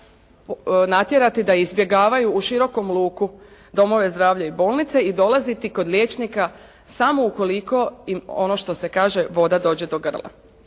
natjerati da izbjegavaju u širokom luku domove zdravlja i bolnice i dolaziti kod liječnika samo ukoliko im ono što se kaže voda dođe do grla.